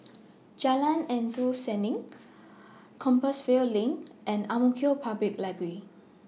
Jalan Endut Senin Compassvale LINK and Ang Mo Kio Public Library